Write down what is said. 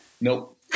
Nope